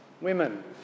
women